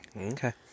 Okay